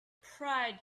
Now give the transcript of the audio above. pride